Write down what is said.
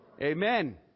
Amen